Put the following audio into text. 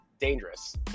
dangerous